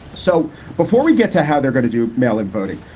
so before we get to how they're going to do mail in voting,